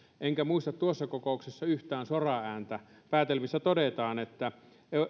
enkä muista tuosta kokouksesta yhtään soraääntä päätelmissä todetaan että